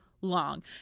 long